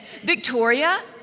Victoria